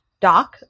doc